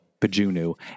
Pajunu